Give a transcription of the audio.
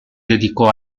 dedicò